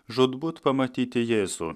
žūtbūt pamatyti jėzų